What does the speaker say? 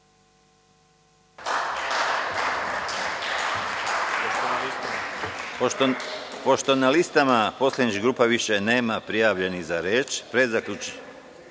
Pošto na listama poslaničkih grupa više nema prijavljenih za reč, pre zaključivanja